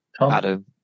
Adam